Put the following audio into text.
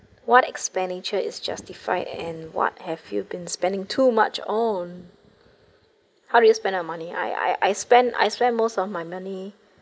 what expenditure is justified and what have you been spending too much on how do you spend your money I I I spend I spend most of my money